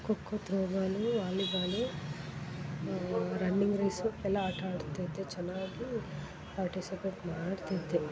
kho kho throwball volleyball running race ಎಲ್ಲ ಆಟ ಆಡ್ತಿದ್ದೆ ಚೆನ್ನಾಗಿ ಪಾರ್ಟಿಸಿಪೇಟ್ ಮಾಡ್ತಿದ್ದೆ